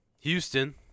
Houston